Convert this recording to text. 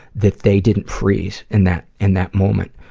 that they didn't freeze, in that, in that moment.